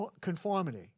conformity